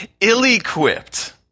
ill-equipped